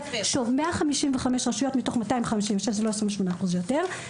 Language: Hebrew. שוב, 155 רשויות מתוך 256. זה לא 28%, זה יותר.